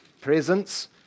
presence